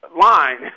line